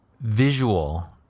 visual